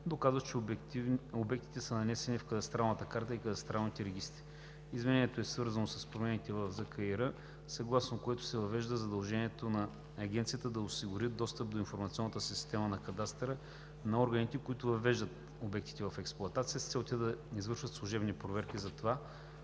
доказващ, че обектите са нанесени в кадастралната карта и кадастралните регистри. Изменението е свързано с промените в Закона за кадастъра и имотния регистър, съгласно което се въвежда задължение за Агенцията да осигури достъп до информационната система на кадастъра на органите, които въвеждат обектите в експлоатация, с цел те да извършват служебна проверка за това,